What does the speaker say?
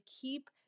keep